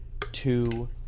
two